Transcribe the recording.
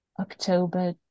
October